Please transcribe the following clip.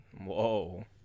Whoa